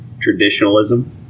traditionalism